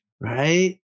Right